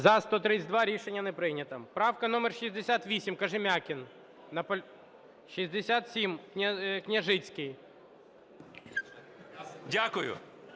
За-132 Рішення не прийнято. Правка номер 68, Кожем'якін. 67, Княжицький.